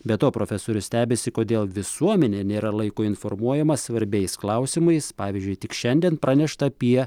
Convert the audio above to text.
be to profesorius stebisi kodėl visuomenė nėra laiku informuojama svarbiais klausimais pavyzdžiui tik šiandien pranešta apie